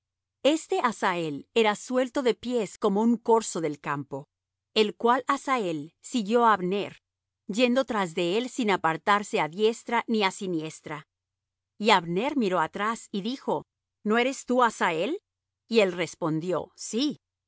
este asael era suelto de pies como un corzo del campo el cual asael siguió á abner yendo tras de él sin apartarse á diestra ni á siniestra y abner miró atrás y dijo no eres tú asael y él respondió sí